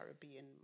Caribbean